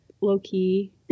low-key